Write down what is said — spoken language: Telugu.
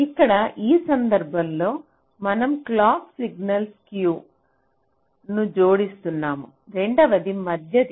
ఇక్కడ ఈ సందర్భంలో మనం క్లాక్ సిగ్నల్కు స్క్యు ను జోడిస్తున్నాము రెండవది మధ్యది